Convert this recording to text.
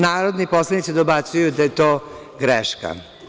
Narodni poslanici dobacuju da je to greška.